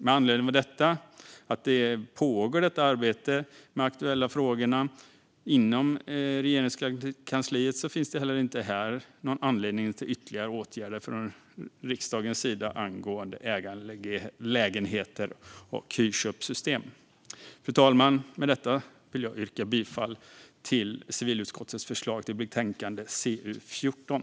Med anledning av detta och att det pågår ett arbete med de aktuella frågorna inom Regeringskansliet finns det inte heller här anledning till ytterligare åtgärder från riksdagens sida angående ägarlägenheter och hyrköpsystem. Fru talman! Med detta vill jag yrka bifall till civilutskottets förslag i betänkande CU14.